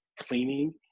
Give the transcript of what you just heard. cleaning